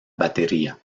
batería